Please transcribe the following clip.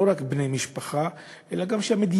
לא רק בני משפחה אלא גם שהמדינה,